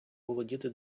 володіти